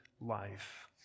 life